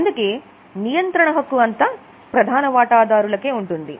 అందుకే నియంత్రణ హక్కు అంతా ప్రధాన వాటాదారులకే ఉంటుంది